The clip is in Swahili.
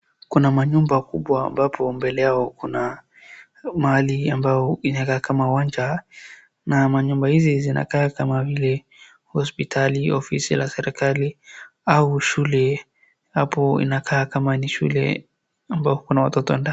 Kuna manyumba kubwa ambapo mbele yao kuna mahali ambao inakaa kama uwanja. Na manyumba hizi zinakaa kama vile hospitali , ofisi la serikali au shule. Hapo inakaa kama ni shule ambao kuna watoto ndani.